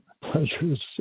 pleasures